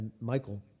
Michael